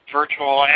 virtual